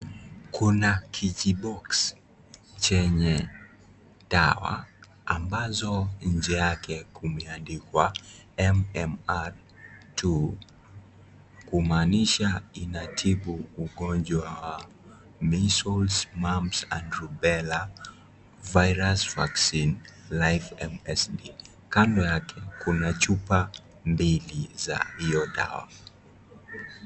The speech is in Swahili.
Kuna (cs)kijibox(cs) chenye dawa ambazo nje yake kumeandikwa MMR 2 kumaanisha inatibu ugonjwa wa (cs)measles mumps and rubella virus vaccine live (cs) MSD, kando yake kuna chupa mbili za hiyo dawa.